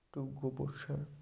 একটু গোবর সার